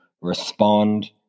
respond